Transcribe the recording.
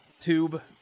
tube